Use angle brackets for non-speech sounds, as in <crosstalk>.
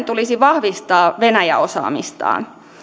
<unintelligible> tulisi vahvistaa venäjä osaamistaan